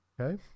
Okay